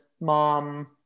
mom